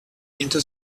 into